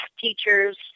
teachers